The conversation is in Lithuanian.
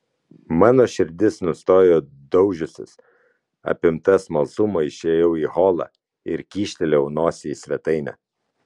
mano širdis nustojo daužiusis apimtas smalsumo išėjau į holą ir kyštelėjau nosį į svetainę